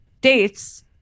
dates